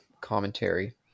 commentary